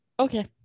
Okay